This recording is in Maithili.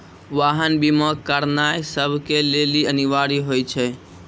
वाहन बीमा करानाय सभ के लेली अनिवार्य होय छै